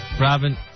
Robin